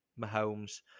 Mahomes